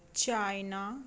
China